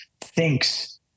thinks